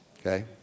okay